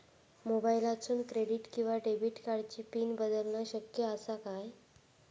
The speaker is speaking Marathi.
मोबाईलातसून क्रेडिट किवा डेबिट कार्डची पिन बदलना शक्य आसा काय?